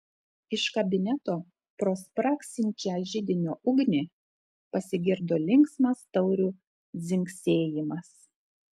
iš kabineto pro spragsinčią židinio ugnį pasigirdo linksmas taurių dzingsėjimas